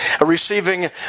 receiving